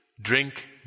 drink